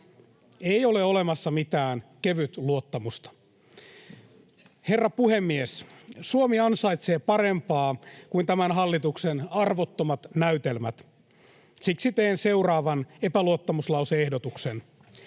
Ei ole olemassa mitään kevytluottamusta. Herra puhemies! Suomi ansaitsee parempaa kuin tämän hallituksen arvottomat näytelmät. Siksi teen seuraavan epäluottamuslause-ehdotuksen: